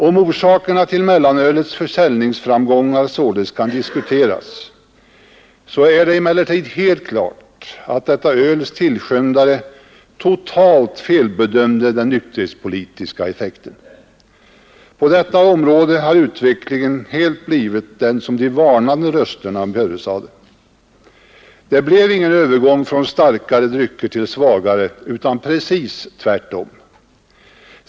Om orsakerna till mellanölets försäljningsframgångar således kan diskuteras, är det emellertid helt klart att detta öls tillskyndare totalt felbedömde den nykterhetspolitiska effekten. På detta område har utvecklingen blivit just den som de varnande rösterna förutsade. Det blev ingen övergång från starkare drycker till svagare utan precis tvärtom.